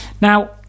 now